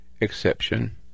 exception